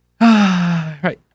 Right